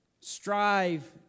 Strive